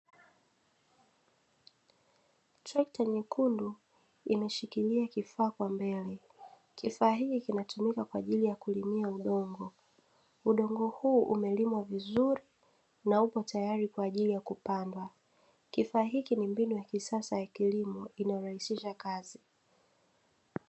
Trekta nyekundu imeshikilia kifaa kwa mbele kifaa hiki kinatumika kwa ajili ya kulimia udongo, udongo huu umelimwa vizuri na upo tayari kwa ajili ya kupandwa, kifaa hiki ni mbinu ya kisasa ya kilimo inarahisisha kazi.